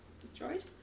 destroyed